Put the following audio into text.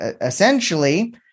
essentially